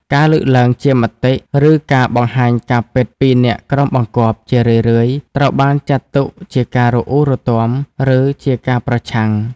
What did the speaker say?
ការលើកឡើងជាមតិ ឬការបង្ហាញការពិតពីអ្នកក្រោមបង្គាប់ ជារឿយៗត្រូវបានចាត់ទុកជាការរអ៊ូរទាំ ឬជាការប្រឆាំង។